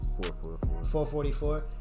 444